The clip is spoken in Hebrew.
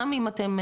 גם אם אתם,